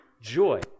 joy